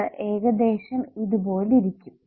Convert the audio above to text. അത് ഏകദേശം ഇത് പോലിരിക്കും